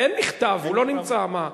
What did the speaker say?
אין מכתב, הוא לא נמצא, מה?